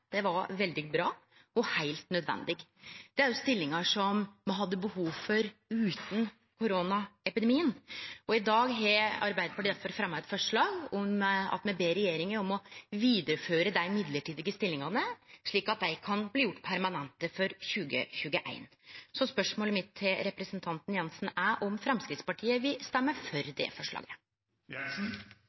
Det var veldig bra og heilt nødvendig. Det er stillingar som me hadde behov for utan koronaepidemien. I dag har Arbeidarpartiet difor fremja eit forslag der me ber regjeringa om å vidareføra dei mellombelse stillingane, slik at dei kan bli gjorde permanente for 2021. Spørsmålet mitt til representanten Jensen er om Framstegspartiet vil stemme for det